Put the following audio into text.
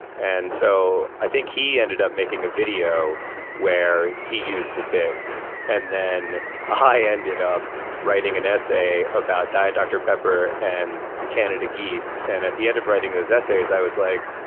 and so i think he ended up making a video where he used the bit and then i ended up writing an essay about diet dr. pepper and canada geese. and at the end of writing those essays, i was like,